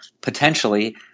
potentially